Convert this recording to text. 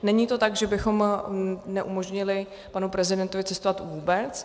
Není to tak, že bychom neumožnili panu prezidentovi cestovat vůbec.